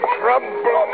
trouble